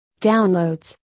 downloads